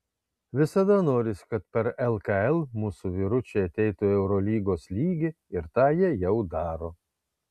visada norisi kad per lkl mūsų vyručiai ateitų į eurolygos lygį ir tą jie jau daro